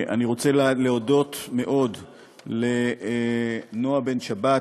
אני רוצה להודות מאוד לנועה בן-שבת,